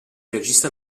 regista